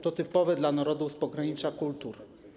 To typowe dla narodów z pogranicza kultur.